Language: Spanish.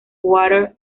water